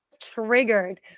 triggered